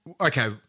Okay